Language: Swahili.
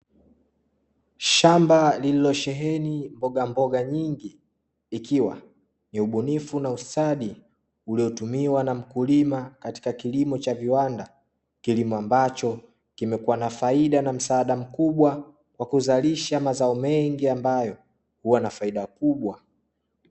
Shamba lililosheheni mbogamboga nyingi, ikiwa ni ubunifu na ustadi uliotumiwa na mkulima katika kilimo cha viwanda, kilimo ambacho kimekuwa na faida na msaada mkubwa wa kuzalisha mazao mengi ambayo huwa na faida kubwa.